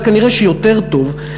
זה כנראה יותר טוב,